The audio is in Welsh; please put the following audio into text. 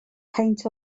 peint